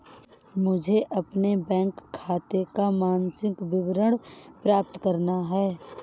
मुझे अपने बैंक खाते का मासिक विवरण प्राप्त करना है?